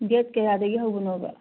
date ꯀꯌꯥꯗꯒꯤ ꯍꯧꯕꯅꯣꯕ